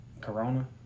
corona